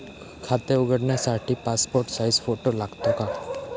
खाते उघडण्यासाठी passport size photo लागतो का?